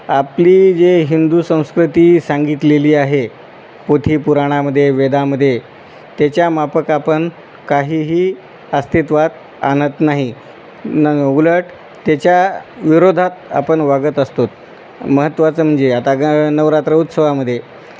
आपली जे हिंदू संस्कृती सांगितलेली आहे पोथी पुराणामध्ये वेदामध्ये त्याच्या माफक आपण काहीही अस्तित्वात आणत नाही न उलट त्याच्या विरोधात आपण वागत असतो महत्त्वाचं म्हणजे आता काय आहे नवरात्र उत्सवामध्ये